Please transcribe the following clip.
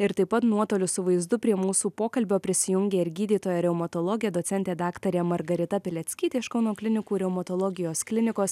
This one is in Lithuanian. ir taip pat nuotoliu su vaizdu prie mūsų pokalbio prisijungė ir gydytoja reumatologė docentė daktarė margarita pileckytė iš kauno klinikų reumatologijos klinikos